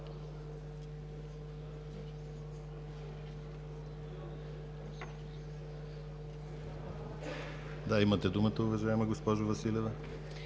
Имате думата, уважаема госпожо Василева